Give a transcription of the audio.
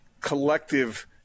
collective